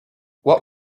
what